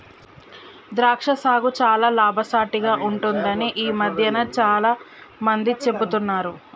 ద్రాక్ష సాగు చాల లాభసాటిగ ఉంటుందని ఈ మధ్యన చాల మంది చెపుతున్నారు